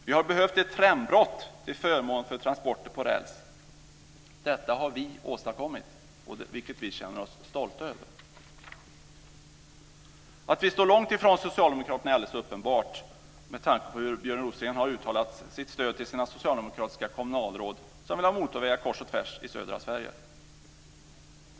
Vi har behövt ett trendbrott till förmån för transporter på räls. Detta har vi åstadkommit, vilket vi känner oss stolta över! Att vi står långt ifrån Socialdemokraterna är alldeles uppenbart med tanke på att Björn Rosengren har uttalat sitt stöd till sina socialdemokratiska kommunalråd som vill ha motorvägar kors och tvärs i södra Sverige.